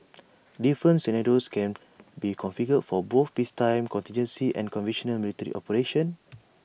different sinner toes can be configured for both peacetime contingency and conventional military operations